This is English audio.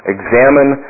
Examine